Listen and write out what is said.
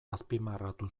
azpimarratu